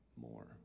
more